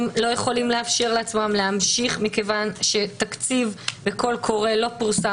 הם לא יכולים לאפשר לעצמם להמשיך כיוון שתקציב וקול קורא לא פורסם